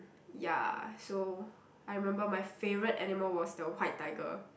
ya so I remember my favourite animal was the white tiger